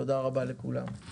תודה רבה לכולם.